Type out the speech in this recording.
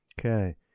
Okay